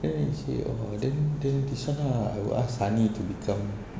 then she oh then this [one] ah I will ask sani to become